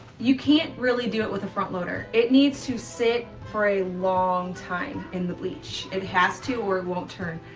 you can't really do it with a front loader. it needs to sit for a long time in the bleach. it has to or it won't turn.